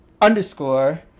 underscore